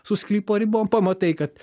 su sklypo ribom pamatai kad